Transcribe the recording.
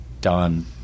done